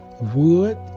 wood